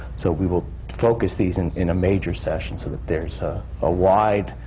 so we will focus these and in major sessions, so that there's a wide